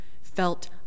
felt